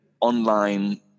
online